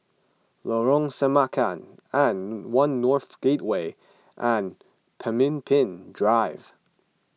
Lorong Semangka and one North Gateway and Pemimpin Drive